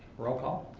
role call.